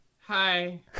Hi